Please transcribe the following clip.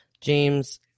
James